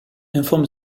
informe